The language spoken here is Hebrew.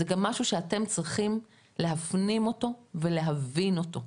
זה גם משהו שאתם צריכים להבין אותו ולהפנים אותו.